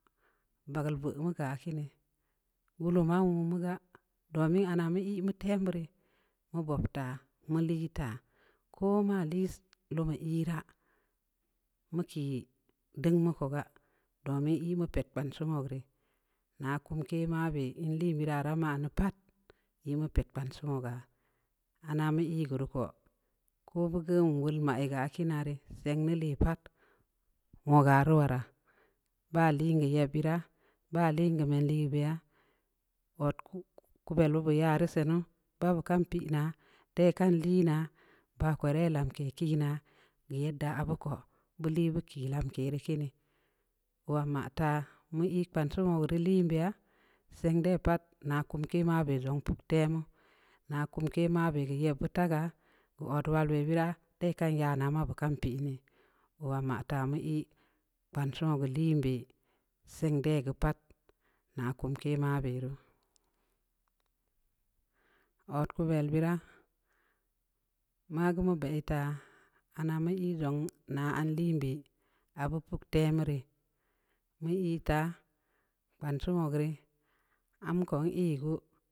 Deung mu ko gaa, domin ii mu pet kpansi wogeu rii, nya kumke mabe, in liin beuraa, ari man deu pat, ii mu pet kpansi woga, ana mu ii geu rii ko, ko beu geu nwum wol ma geu kina re, seng dii le pat, woga rii waraa, ba liin geu yeb beuraa, baa liin geu men ligeu beya, odkuvel beu bu yaa rii senu, ba bu kan pii naa, dai kan lii naa, baa ko dai lamke kii naa. geu yedda abu ko, bu lii bu kii lamke ri kiini, oowaa maa taa, mu ii kpansi wogu rii liin beya, seng dey pat, kumke mabe zong puktemu, na kumke mabe keu yeb bud taa gaa, geu odwal be beu raa, dai kan yana, ma bu kan pii nii, oowaa ma taa, mu yii, kpan sii wogu liin beh, seng de geu pat, na kumke mabe ruu, odkul beuraa, ma geu mu bai taa, ana mu yi zong naa an liin be abu puktemu rii, mu ii taa, kpansi wogu rii, am ko n'ii'i gu.